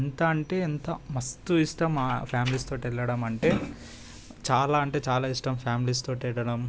అంత అంటే ఎంత మస్తు ఇష్టం మా ఫ్యామిలీస్తో వెళ్లడం అంటే చాలా అంటే చాలా ఇష్టం ఫ్యామిలీస్ తోటి వెళ్ళడం